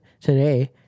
today